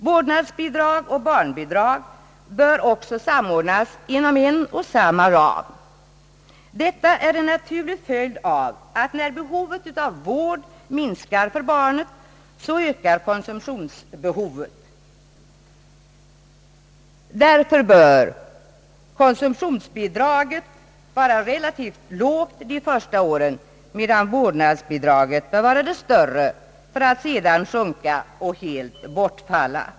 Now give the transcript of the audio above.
Vårdnadsbidrag och barnbidrag bör alltså samordnas inom en och samma ram. Detta är en naturlig följd av att konsumtionsbehovet ökar för barnet, när behovet av vård minskar. Konsumtionsbidraget bör därför vara relativt lågt under de första åren, medan vårdnadsbidraget bör vara det större för att sedan sjunka och så småningom helt bortfalla.